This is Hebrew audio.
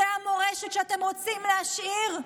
זאת המורשת שאתם רוצים להשאיר?